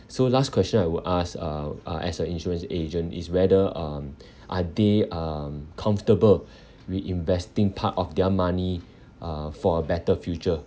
so last question I would ask uh uh as a insurance agent is whether um are they um comfortable reinvesting part of their money uh for a better future